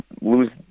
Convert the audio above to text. lose